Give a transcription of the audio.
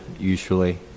usually